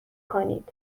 کنید